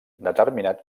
determinat